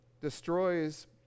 destroys